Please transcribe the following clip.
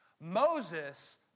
Moses